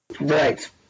Right